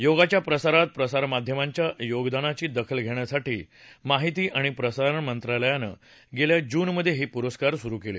योगाच्या प्रसारात प्रसारमाध्यमांच्या योगदानाची दखल घेण्यासाठी माहिती आणि प्रसारण मंत्रालयानं गेल्या जूनमधे हे पुरस्कार सुरु केले